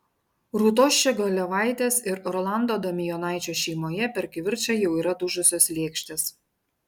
rūtos ščiogolevaitės ir rolando damijonaičio šeimoje per kivirčą jau yra dužusios lėkštės